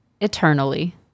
eternally